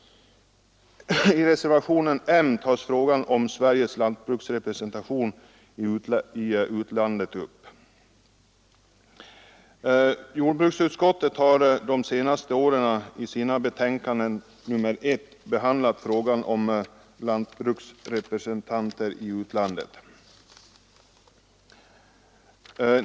I reservationen M tas frågan om Sveriges lantbruksrepresentation i utlandet upp. Jordbruksutskottet har de senaste åren i sina betänkanden nr 1 behandlat frågan om lantbruksrepresentanter i utlandet.